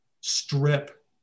strip